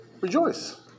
Rejoice